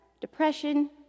depression